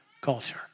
culture